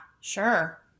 sure